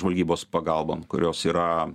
žvalgybos pagalbom kurios yra